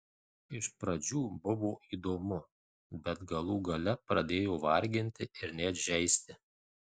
iš pradžių buvo įdomu bet galų gale pradėjo varginti ir net žeisti